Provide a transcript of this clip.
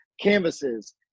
canvases